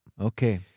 Okay